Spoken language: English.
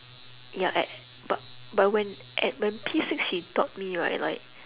ya an~ but but when at when P six she taught me right like